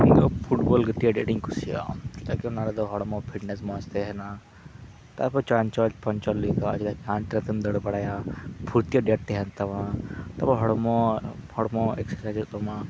ᱤᱧᱫᱚ ᱯᱷᱩᱴᱵᱚᱞ ᱜᱟᱛᱮᱜ ᱟᱹᱰᱤ ᱟᱸᱴᱤᱧ ᱠᱩᱥᱤᱭᱟᱜᱼᱟ ᱪᱮᱫᱟᱜ ᱠᱤ ᱚᱱᱟᱨᱮ ᱦᱚᱲᱢᱚ ᱯᱷᱤᱴᱱᱮᱥ ᱢᱚᱸᱡᱽ ᱛᱟᱦᱮᱱᱟ ᱛᱟᱯᱚᱨ ᱪᱚᱧᱪᱚᱞ ᱯᱚᱧᱪᱚᱞ ᱞᱮᱱᱠᱷᱟᱱ ᱦᱟᱱᱛᱮ ᱱᱟᱛᱮᱢ ᱫᱟᱹᱲ ᱵᱟᱲᱟᱭᱟ ᱯᱷᱩᱨᱛᱤ ᱟᱹᱰᱤ ᱟᱸᱴ ᱛᱟᱦᱮᱱ ᱛᱟᱢᱟ ᱛᱚ ᱦᱚᱲᱢᱚ ᱦᱚᱲᱢᱚ ᱮᱠᱥᱟᱨᱥᱟᱭᱤᱡᱚᱜ ᱛᱟᱢᱟ